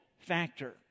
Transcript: factor